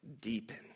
deepen